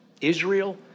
Israel